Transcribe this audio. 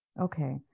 Okay